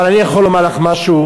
אבל אני יכול לומר לך משהו,